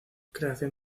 creación